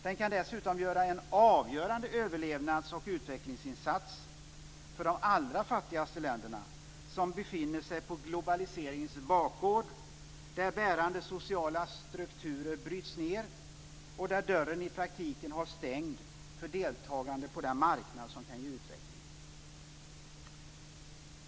Den kan dessutom innebära en avgörande överlevnads och utvecklingsinsats för de allra fattigaste länderna som befinner sig på globaliseringens bakgård där bärande sociala strukturer bryts ned och där dörren i praktiken hålls stängd för deltagande på den marknad som kan ge utveckling.